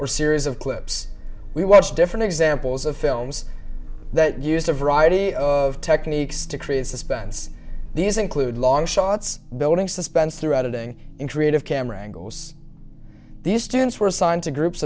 or series of clips we watched different examples of films that used a variety of techniques to create suspense these include long shots building suspense throughout today in creative camera angles these students were assigned to groups